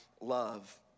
love